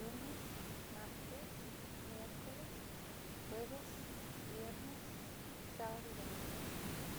Lunes, martes, miercoles, jueves, viernes, sábado y domingo.